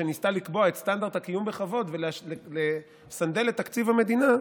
שניסתה לקבוע את סטנדרט הקיום בכבוד ולסנדל את תקציב המדינה.